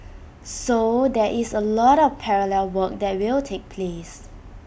so there is A lot of parallel work that will take place